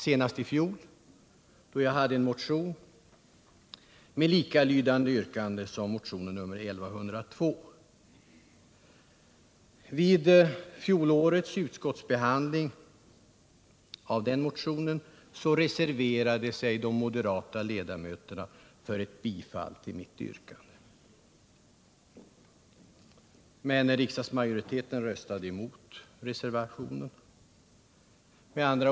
Senast i fjol hade riksdagen att behandla en motion av mig med liknande yrkande som i motionen 1102. Och när utskottet i fjol behandlade min motion reserverade sig de moderata ledamöterna för bifall till mitt yrkande. Men riksdagsmajoriteten röstade emot reservationen.